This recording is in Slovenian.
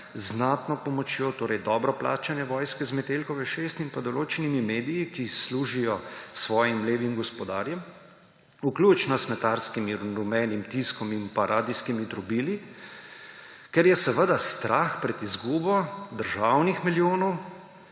znatno pomočjo dobro plačane vojske z Metelkove 6 in določenimi mediji, ki služijo svojim levim gospodarjem, vključno s smetarskim rumenim tiskom in radijskimi trobili, ker je seveda strah pred izgubo državnih milijonov